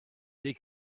they